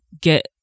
get